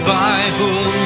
bible